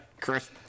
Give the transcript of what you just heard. Chris